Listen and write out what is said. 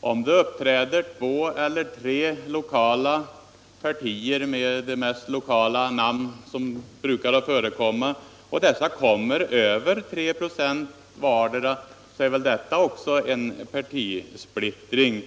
Om det uppträder två eller tre lokala partier, med de mest lokala namn som brukar användas, och dessa partier kommer över 3 96 vardera, så är väl det också en partisplittring.